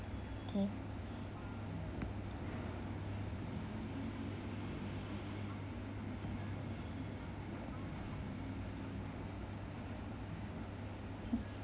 okay